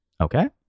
okay